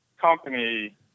company